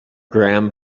gram